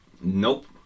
Nope